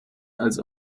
als